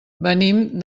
venim